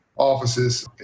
offices